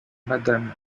madame